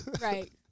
Right